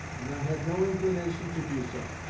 and i have no inclination to do so.